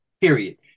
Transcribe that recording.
period